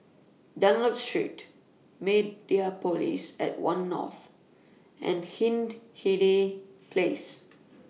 Dunlop Street Mediapolis At one North and Hindhede Place